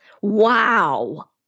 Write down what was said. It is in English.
Wow